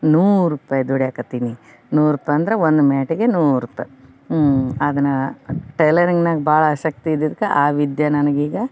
ನೂರು ರೂಪಾಯಿ ದುಡಿಯಕತ್ತಿನಿ ನೂರು ರೂಪಾಯಿ ಅಂದ್ರ ಒಂದು ಮ್ಯಾಟಿಗೆ ನೂರು ರೂಪಾಯಿ ಅದನ್ನ ಟೈಲರಿಂಗ್ನಾಗ್ ಭಾಳ ಆಸಕ್ತಿ ಇದ್ದಿದ್ದಕ್ಕೆ ಆ ವಿದ್ಯೆ ನನಗೀಗ